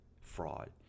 fraud